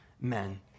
men